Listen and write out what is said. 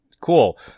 Cool